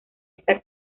esta